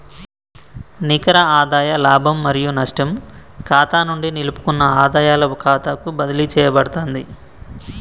నికర ఆదాయ లాభం మరియు నష్టం ఖాతా నుండి నిలుపుకున్న ఆదాయాల ఖాతాకు బదిలీ చేయబడతాంది